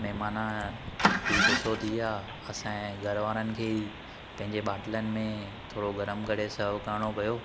महिमान बि ग़ुसो थी विया असां जे घर वारनि खे ई पंहिंजे ॿाटिलन में थोरो गरम करे सर्व करणो पियो